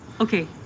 okay